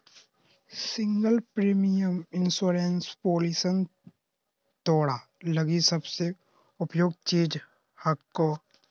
single premium insurance policy तोरा लगी सबसे उपयुक्त चीज हको